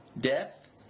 Death